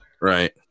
right